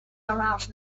arouse